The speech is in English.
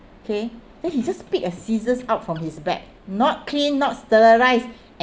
okay then he just pick a scissors out from his bag not cleaned not sterilised